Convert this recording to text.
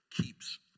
keeps